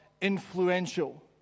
influential